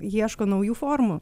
ieško naujų formų